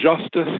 justice